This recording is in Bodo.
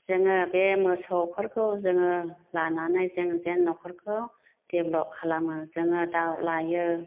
जोङो बे मोसौफोरखौ जोङो लानानै जोंजे नखरखौ देब्लाप लामो जोङो दाव लायो